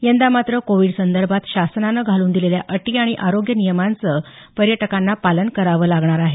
यंदा मात्र कोविडसंदर्भात शासनाने घालून दिलेल्या अटी आणि आरोग्य नियमांचे पर्यटकांना पालन करावं लागणार आहे